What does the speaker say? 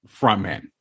frontman